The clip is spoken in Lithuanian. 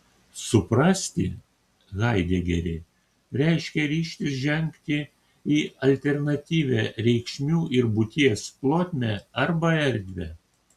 suprasti haidegerį reiškia ryžtis žengti į alternatyvią reikšmių ir būties plotmę arba erdvę